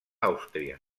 àustria